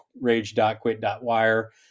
rage.quit.wire